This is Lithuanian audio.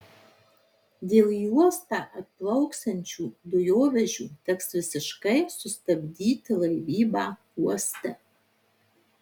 dėl į uostą atplauksiančių dujovežių teks visiškai sustabdyti laivybą uoste